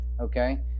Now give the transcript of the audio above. Okay